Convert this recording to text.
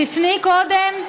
תפני קודם,